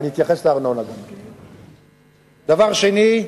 דבר שני,